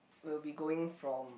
will be going from